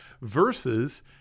Versus